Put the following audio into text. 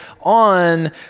on